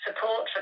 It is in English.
support